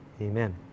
Amen